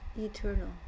eternal